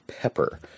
pepper